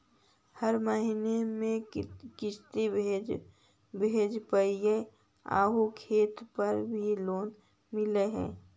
हर महीने में किस्त भरेपरहै आउ खेत पर भी लोन मिल है?